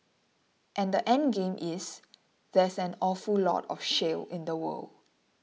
and the endgame is there's an awful lot of shale in the world